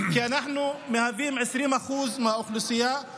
כי אנחנו מהווים 20% מהאוכלוסייה.